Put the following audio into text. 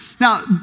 Now